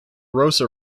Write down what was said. rosa